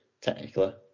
technically